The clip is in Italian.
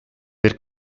per